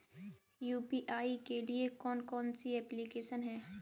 UPI के लिए कौन कौन सी एप्लिकेशन हैं?